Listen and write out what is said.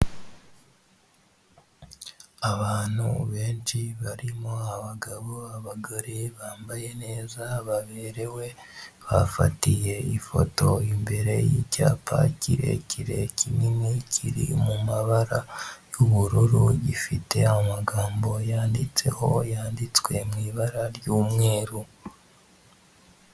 Abantu benshi barimo abagabo, abagore, bambaye neza baberewe, bafatiye ifoto imbere y'icyapa kirekire kinini kiri mu mabara y'ubururu, gifite amagambo yanditseho yanditswe mu mu ibara ry'umweru.